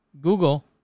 Google